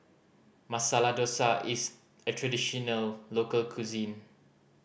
Masala Dosa is a traditional local cuisine